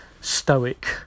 stoic